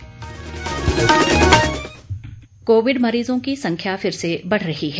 Covid संदेश Covid मरीजों की संख्या फिर से बढ़ रही है